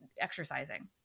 exercising